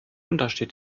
untersteht